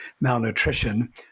malnutrition